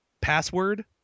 Password